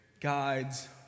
guides